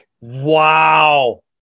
wow